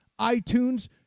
iTunes